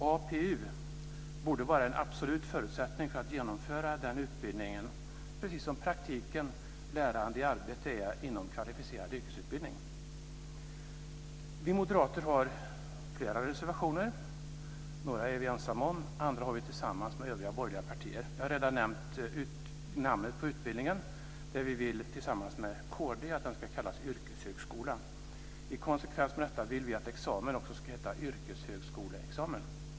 APU borde vara en absolut förutsättning för att genomföra den utbildningen, precis som praktiken - lärande i arbete - är det inom kvalificerad yrkesutbildning. Vi moderater har flera reservationer. Några är vi ensamma om. Andra har vi tillsammans med övriga borgerliga partier. Jag har redan nämnt namnet på utbildningen. Vi vill tillsammans med kd att den ska kallas yrkeshögskola. I konsekvens med detta vill vi att examen ska heta yrkeshögskoleexamen.